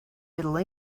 middle